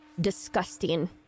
Disgusting